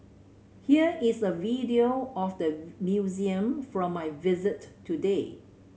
here is a video of the museum from my visit today